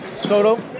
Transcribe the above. Soto